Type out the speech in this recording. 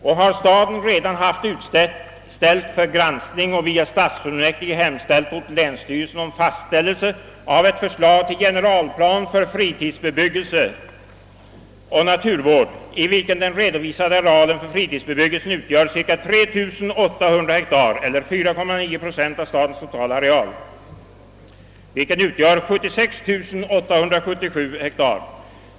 Och staden har redan haft utställt för granskning och via stadsfullmäktige hemställt hos länsstyrelsen om fastställandet av ett förslag till generalplan för fritidsbebyggelse och naturvård, i vilken den redovisade arealen för fritidsbebyggelse utgör cirka 3 800 hektar eller 4,9 procent av stadens totala areal, vilken utgör 76 877 hektar.